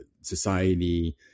society